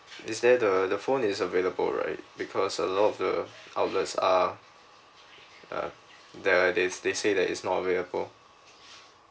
is that the the phone is available right because a lot of the outlets are uh that like they they says that is not available